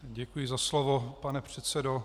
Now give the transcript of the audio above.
Děkuji za slovo, pane předsedo.